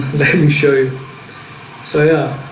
me show you so yeah